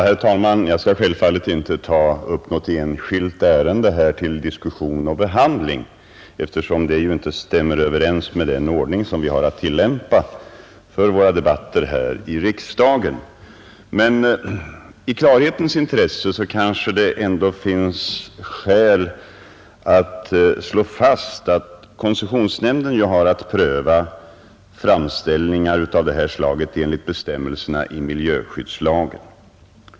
Herr talman! Jag skall självfallet inte ta upp något enskilt ärende till diskussion och behandling, eftersom det inte stämmer överens med den ordning som vi har att tillämpa för våra debatter här i riksdagen. Men i klarhetens intresse kanske det ändå finns skäl att slå fast, att koncessionsnämnden har att pröva framställningar av det här slaget enligt bestämmelserna i miljöskyddslagen.